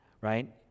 right